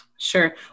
Sure